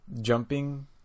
jumping